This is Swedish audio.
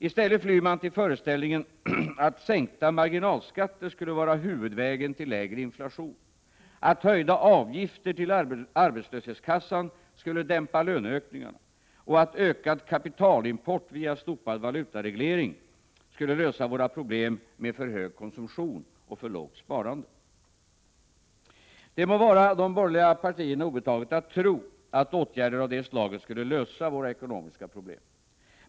I stället flyr man till föreställningen att sänkta marginalskatter skulle vara huvudvägen till lägre inflation, att höjda avgifter till A-kassan skulle dämpa löneökningarna och att ökad kapitalimport via slopad valutareglering skulle lösa våra problem med för hög konsumtion och för lågt sparande. Det må vara de borgerliga partierna obetaget att tro att åtgärder av det slaget skulle lösa våra ekonomiska problem.